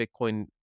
Bitcoin